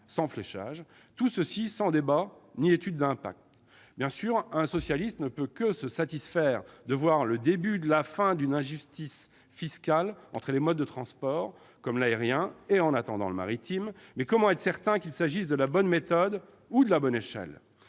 sans fléchage, tout cela sans débat ni étude d'impact. Un socialiste ne peut bien sûr que se satisfaire de voir le début de la fin d'une injustice fiscale profitant à certains modes de transport, ici l'aérien, en attendant le maritime, mais comment être certain qu'il s'agisse de la bonne méthode ou de la bonne échelle ?